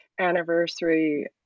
anniversary